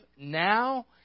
now